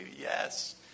Yes